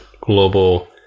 global